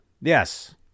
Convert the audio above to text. yes